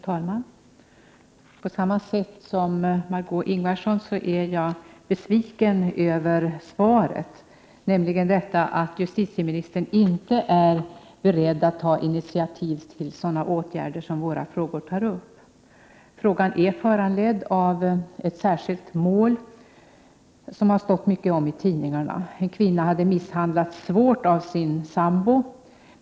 Herr talman! Liksom Margö Ingvardsson är jag besviken över svaret, dvs. att justitieministern inte är beredd att ta initiativ till åtgärder av det slag som föreslås i våra frågor. Min fråga är föranledd av ett särskilt mål som det stått mycket om i tidningarna. En kvinna hade misshandlats svårt av sin sambo.